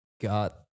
got